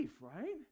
right